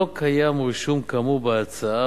לא קיים רישום כאמור בהצעה,